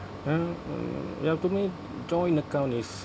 well mm ya to me joint account is